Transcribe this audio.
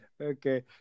Okay